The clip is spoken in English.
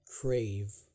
crave